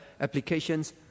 applications